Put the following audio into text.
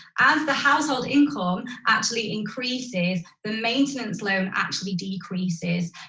as the household income actually increases, the maintenance loan actually decreases.